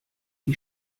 die